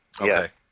Okay